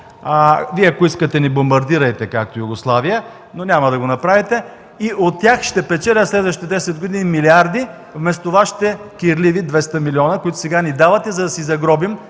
Вие ако искате ни бомбардирайте, както Югославия, но няма да го направите. И от тях ще печеля в следващите десет години милиарди, вместо вашите кирливи 200 милиона, които сега ни давате, за да си загробим